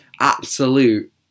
absolute